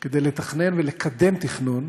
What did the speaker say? כדי לתכנן ולקדם תכנון